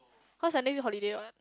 cause I next week holiday what